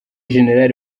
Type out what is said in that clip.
general